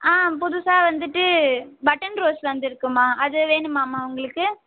ஆ புதுசாக வந்துவிட்டு button rose வந்துருக்கும்மா அது வேணுமாம்மா உங்களுக்கு